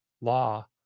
law